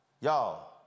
Y'all